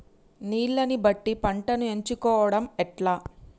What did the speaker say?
నీళ్లని బట్టి పంటను ఎంచుకోవడం ఎట్లా?